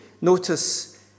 notice